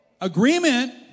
Agreement